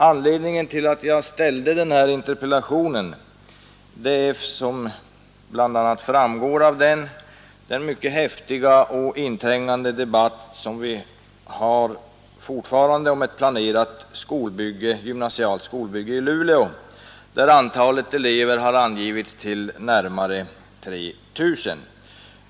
Anledningen till att jag framställde den här interpellationen var, vilket framgår av den, den mycket häftiga och inträngande debatt som vi fortfarande har om ett planerat gymnasieskolbygge i Luleå, där antalet elever har angivits bli närmare 3 000.